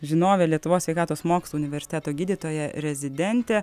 žinovė lietuvos sveikatos mokslų universiteto gydytoja rezidentė